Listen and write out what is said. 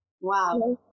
Wow